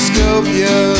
Scopia